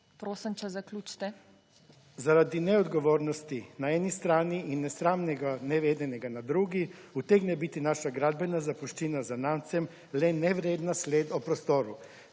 RAJIĆ (PS NP):** zaradi neodgovornosti na eni strani in nesramnega nevedenega na drugi, utegne biti naša gradbena zapuščina zanamcem le nevredna sled o prostoru,